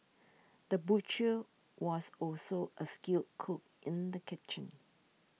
the butcher was also a skilled cook in the kitchen